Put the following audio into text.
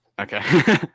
Okay